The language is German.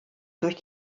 durch